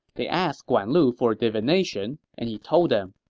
they asked guan lu for a divination. and he told them,